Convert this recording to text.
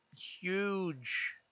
huge